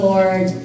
Lord